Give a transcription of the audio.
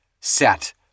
set